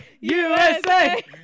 USA